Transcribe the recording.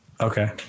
Okay